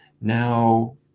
Now